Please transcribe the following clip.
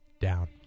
down